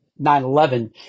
9-11